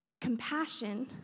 Compassion